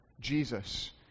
Jesus